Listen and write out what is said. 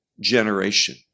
generation